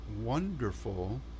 wonderful